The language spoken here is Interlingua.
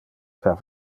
per